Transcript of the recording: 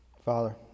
Father